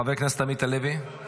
חבר הכנסת עמית הלוי,